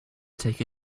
take